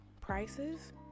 prices